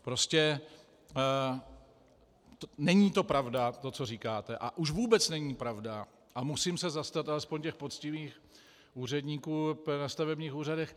Prostě není to pravda, co říkáte, a už vůbec není pravda a musím se zastat aspoň těch poctivých úředníků na stavebních úřadech.